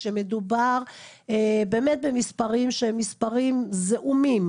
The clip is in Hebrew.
שמדובר באמת במספרים שהם מספרים זעומים